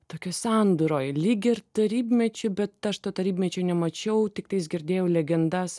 tokioj sandūroj lyg ir tarybmečiu bet aš to tarybmečio nemačiau tiktais girdėjau legendas